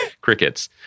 crickets